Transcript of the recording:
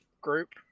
group